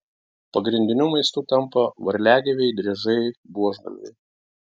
pagrindiniu maistu tampa varliagyviai driežai buožgalviai